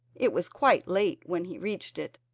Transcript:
it was quite late when he reached it,